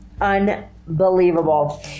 Unbelievable